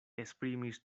esprimis